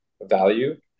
value